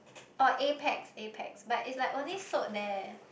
oh Apax Apax but it's like only sold there